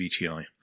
VTi